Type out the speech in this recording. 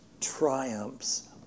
triumphs